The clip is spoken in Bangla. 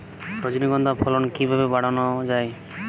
রজনীগন্ধা ফলন কিভাবে বাড়ানো যায়?